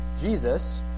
Jesus